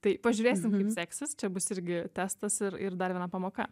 tai pažiūrėsime seksis čia bus irgi testas ir ir dar viena pamoka